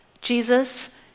Jesus